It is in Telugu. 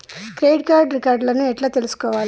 క్రెడిట్ కార్డు రివార్డ్ లను ఎట్ల తెలుసుకోవాలే?